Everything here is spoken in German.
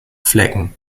flecken